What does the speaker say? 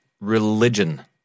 religion